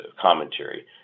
commentary